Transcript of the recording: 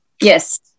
Yes